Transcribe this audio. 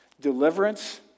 deliverance